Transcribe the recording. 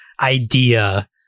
idea